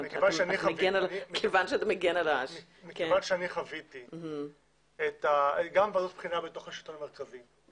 מכיוון שאני חוויתי גם ועדות בחינה בתוך השלטון המרכזי,